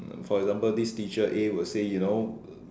for example this teacher a will say you know